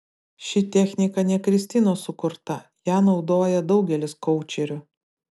ši technika ne kristinos sukruta ją naudoja daugelis koučerių